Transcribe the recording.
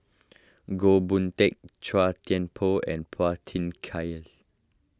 Goh Boon Teck Chua Thian Poh and Phua Thin Kiay